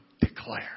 declare